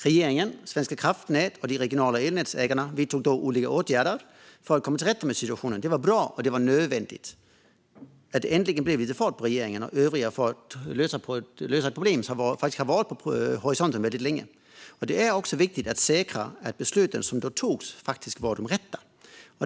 Regeringen, Svenska kraftnät och de regionala elnätsägarna vidtog då olika åtgärder för att komma till rätta med situationen. Det var bra, och det var nödvändigt, att det äntligen blev lite fart på regeringen och övriga för att lösa ett problem som har funnits på horisonten länge. Men det är också viktigt att säkra att de beslut som då fattades var de rätta.